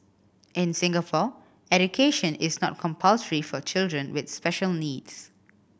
in Singapore education is not compulsory for children with special needs